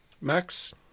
Max